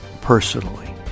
personally